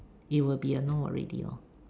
it will be a no already lor